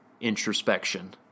introspection